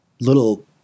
little